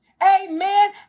Amen